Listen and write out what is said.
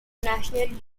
national